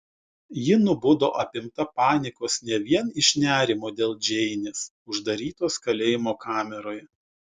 ji nubudo apimta panikos ne vien iš nerimo dėl džeinės uždarytos kalėjimo kameroje